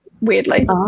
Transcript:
weirdly